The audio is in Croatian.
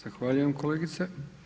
Zahvaljujem kolegice.